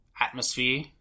atmosphere